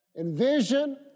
Envision